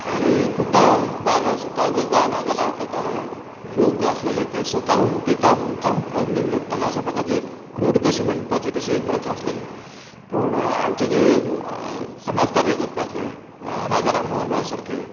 आनी खुबदां बायलो स्वता जर जायना जाल्यार तेका लोक जे आसले ते स्वताहून तेका मुद्दाम अग्नींत लोट्टालें अशा प्रकारची एक क्रूर कशी म्हणपाची तशी एक प्रथा आसलेली पण आमचे जे समाज कार्यकर्ते आसले राजा राम मोहन रॉय सारके